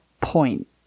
point